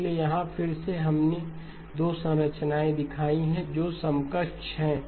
इसलिए यहां फिर से हमने 2 संरचनाएं दिखाई हैं जो समकक्ष हैं